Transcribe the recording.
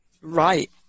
Right